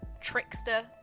trickster